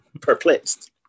perplexed